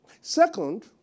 Second